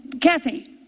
Kathy